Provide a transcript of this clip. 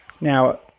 Now